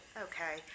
okay